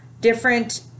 different